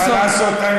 מה לעשות,